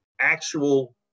actual